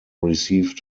received